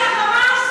על הפשעים של ה"חמאס"?